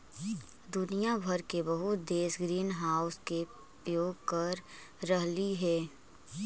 दुनिया भर के बहुत देश ग्रीनहाउस के उपयोग कर रहलई हे